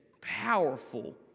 powerful